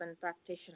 practitioners